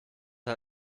ein